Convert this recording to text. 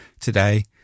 today